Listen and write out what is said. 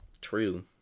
True